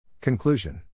Conclusion